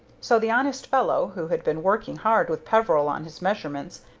so the honest fellow, who had been working hard with peveril on his measurements,